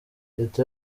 leta